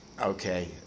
Okay